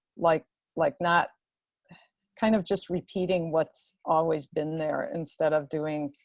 like like not kind of just repeating what's always been there instead of doing?